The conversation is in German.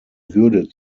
würde